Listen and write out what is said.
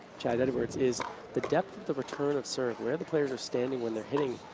edwards, is the depth of the return of serve, where the players are standing when they're hitting